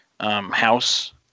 House